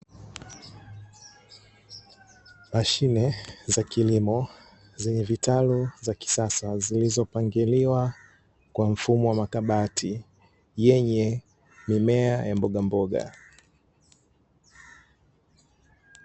Mashine za kilimo zenye vitalu za kisasa zilizopangiliwa kwa mfumo wa makabati yenye mimea ya mbogamboga.